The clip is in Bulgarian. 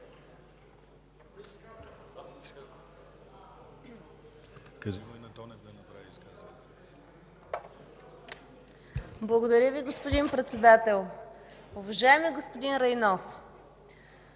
Благодаря Ви, господин Председател. Уважаеми господин Райнов,